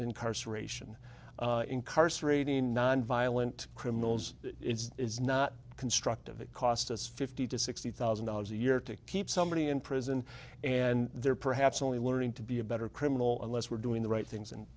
incarceration incarcerating nonviolent criminals it's not constructive it cost us fifty to sixty thousand dollars a year to keep somebody in prison and they're perhaps only learning to be a better criminal unless we're doing the right things in